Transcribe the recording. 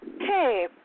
hey